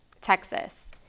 Texas